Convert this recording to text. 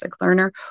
learner